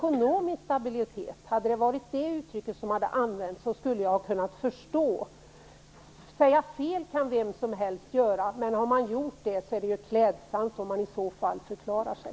Om det hade varit uttrycket ekonomisk stabilitet som använts skulle jag ha kunnat förstå det. Vem som helst kan säga fel, men då är det klädsamt om den som har gjort det förklarar sig.